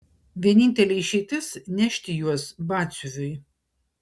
vienintelė išeitis nešti juos batsiuviui